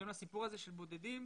לא לוקח קרדיט לעצמי אף פעם.